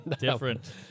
different